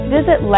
Visit